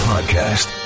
Podcast